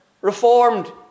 reformed